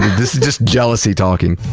this is just jealousy talking.